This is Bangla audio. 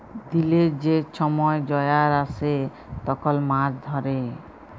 দিলের যে ছময় জয়ার আসে তখল মাছ ধ্যরে